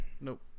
Nope